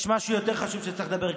יש משהו יותר חשוב שצריך לדבר עליו.